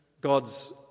God's